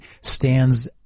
stands